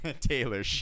Taylor